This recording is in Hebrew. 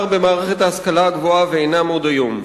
במערכת ההשכלה הגבוהה ואינם עוד היום.